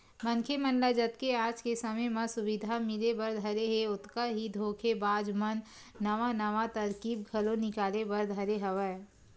मनखे मन ल जतके आज के समे म सुबिधा मिले बर धरे हे ओतका ही धोखेबाज मन नवा नवा तरकीब घलो निकाले बर धरे हवय